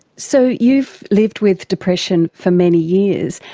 so you've lived with depression for many years,